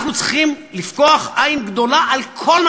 אנחנו צריכים לפקוח עין גדולה על כל מה